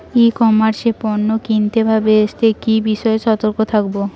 ই commerce এ পণ্য কিনতে বা বেচতে কি বিষয়ে সতর্ক থাকব?